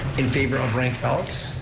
in favor of ranked ballots,